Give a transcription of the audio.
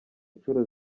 inshuro